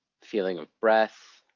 feeling of breath,